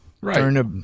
Right